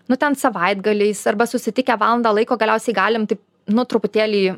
nu ten savaitgaliais arba susitikę valandą laiko galiausiai galim taip nu truputėlį